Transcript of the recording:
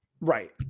Right